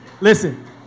listen